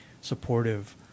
supportive